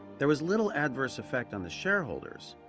there was little adverse effect on the shareholders,